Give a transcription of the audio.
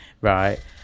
Right